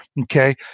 Okay